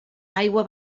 aigua